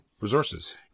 resources